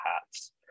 hats